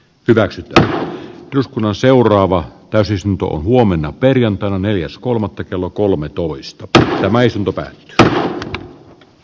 hyväksytty eduskunnan seuraavaan täysistuntoon huomenna perjantaina neljäs kolmatta kello kolmetoista tai harmaisiin top r lakialoitteesta